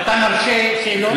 אתה מרשה שאלות.